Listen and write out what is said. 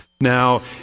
Now